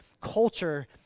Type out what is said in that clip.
culture